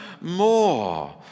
more